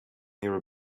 near